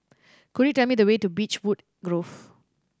could you tell me the way to Beechwood Grove